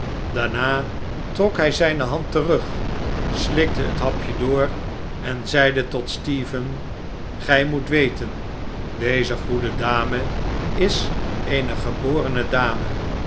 daarna trok hij zijne hand terug slikte het hapje door en zeide tot stephen gij moet weten deze goede dame is eene geborene dame